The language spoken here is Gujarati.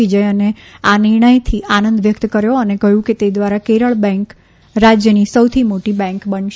વિજયને આ નિર્ણયથી આનંદ વ્યક્ત કર્યો અને કહ્યું કે તે દ્વારા કેરળ બેન્ક રાજયની સૌથી મોટી બેન્ક બનશે